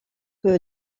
que